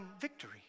victory